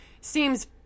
seems